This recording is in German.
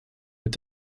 mit